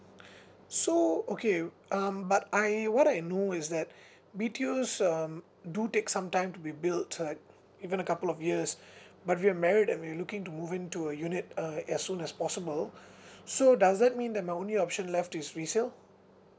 so okay um but I what I know is that B_T_Os um do take some time to be built right even a couple of years but we're married and we're looking to move into a unit uh as soon as possible so does it mean that my only option left is resell